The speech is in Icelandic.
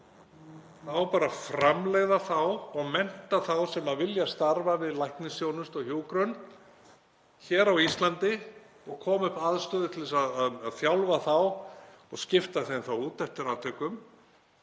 á bara að framleiða þá og mennta þá sem vilja starfa við læknisþjónustu og hjúkrun hér á Íslandi og koma upp aðstöðu til þess að þjálfa þá og skipta þeim þá út eftir atvikum.